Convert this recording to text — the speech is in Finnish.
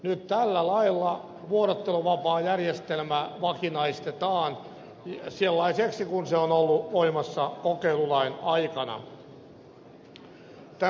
nyt tällä lailla vuorotteluvapaajärjestelmä vakinaistetaan sellaiseksi jollaisena se on ollut voimassa kokeilulain aikana